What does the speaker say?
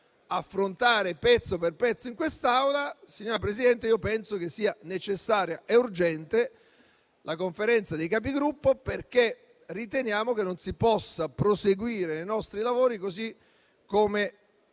affrontare pezzo per pezzo in quest'Aula, signora Presidente, penso che sia necessaria e urgente la convocazione della Conferenza dei Capigruppo, perché riteniamo che non si possa proseguire nei nostri lavori così come